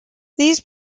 these